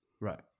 Right